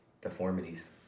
deformities